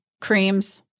creams